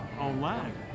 online